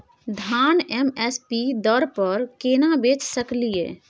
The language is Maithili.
धान एम एस पी दर पर केना बेच सकलियै?